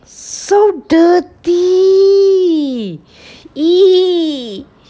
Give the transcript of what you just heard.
so dirty !ee!